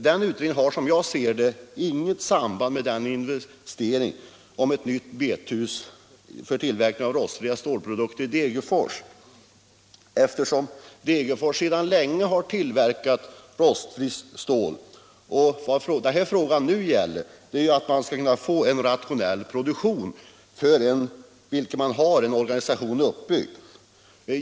Den utredningen har, som jag ser det, inget samband med en investering i ett nytt bethus för tillverkning av rostfria stålprodukter vid Degerfors Järnverk, eftersom rostfria stålprodukter sedan länge har tillverkats där. Vad frågan nu gäller är att få en rationell produktion, för vilken man har en organisation uppbyggd.